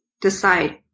Decide